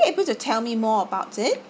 able to tell me more about it